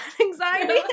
anxiety